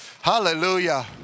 Hallelujah